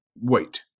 Wait